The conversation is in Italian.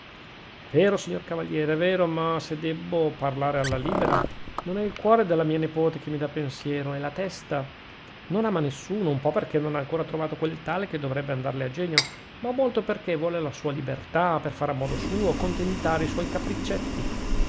è vero signor cavaliere è vero ma se debbo parlare alla libera non è il cuore della mia nepote che mi dà pensiero è la testa non ama nessuno un po perchè non ha ancora trovato quel tale che dovrebbe andarle a genio ma molto perchè vuole la sua libertà per fare a modo suo contentare i suoi capriccetti